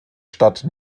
stadt